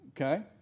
okay